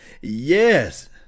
Yes